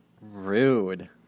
Rude